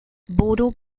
bodo